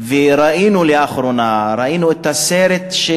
ראינו לאחרונה את הסרט הזה,